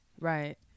Right